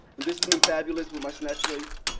and this is me fabulous with my snatch waist.